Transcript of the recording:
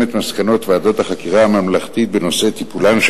את מסקנות ועדת החקירה הממלכתית בנושא טיפולן של